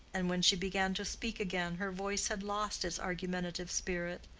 and when she began to speak again her voice had lost its argumentative spirit,